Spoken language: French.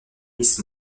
miss